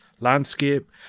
landscape